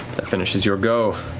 that finishes your go.